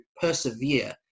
persevere